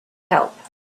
help